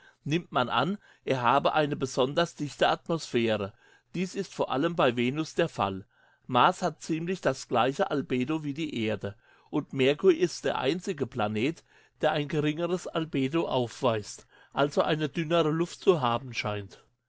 nimmt man an er habe eine besonders dichte atmosphäre dies ist vor allem bei venus der fall mars hat ziemlich das gleiche albedo wie die erde und merkur ist der einzige planet der ein geringeres albedo aufweist also eine dünnere luft zu haben scheint